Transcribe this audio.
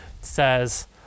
says